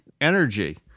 energy